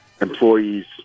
employees